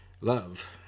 love